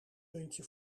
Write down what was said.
muntje